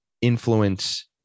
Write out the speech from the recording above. influence